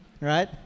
right